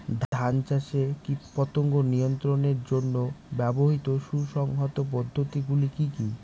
ধান চাষে কীটপতঙ্গ নিয়ন্ত্রণের জন্য ব্যবহৃত সুসংহত পদ্ধতিগুলি কি কি?